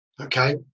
okay